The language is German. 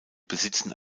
besitzen